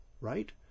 right